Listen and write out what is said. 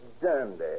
dandy